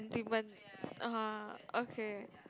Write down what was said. (uh huh) okay